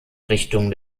richtung